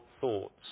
thoughts